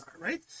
right